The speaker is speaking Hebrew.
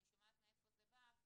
כשאני שומעת מאיפה זה בא,